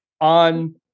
on